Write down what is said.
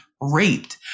raped